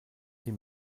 die